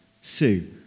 Sue